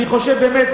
אני חושב באמת,